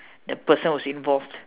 the person who's involved